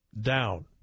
down